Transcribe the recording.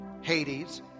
Hades